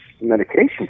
medication